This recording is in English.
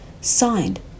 signed